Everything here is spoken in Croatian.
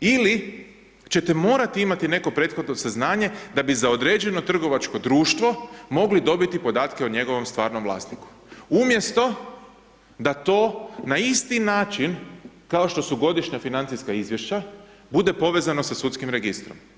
ili ćete morati neko prethodno saznanje da bi za određeno trgovačko društvo mogli dobiti podatke o njegovom stvarnom vlasniku umjesto da to na isti način, kao što su Godišnja financijska izvješća, bude povezano sa sudskim registrom.